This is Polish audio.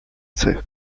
cech